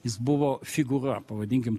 jis buvo figūra pavadinkim